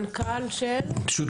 שלום, אני המנכ"ל של שוטפוינט.